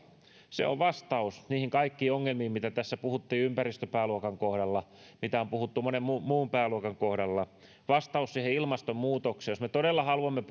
on vastaus niihin kaikkiin ongelmiin mitä tässä puhuttiin ympäristöpääluokan kohdalla ja mitä on puhuttu monen muun pääluokan kohdalla vastaus ilmastonmuutokseen jos me todella haluamme